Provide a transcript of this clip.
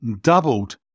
doubled